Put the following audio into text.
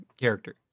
character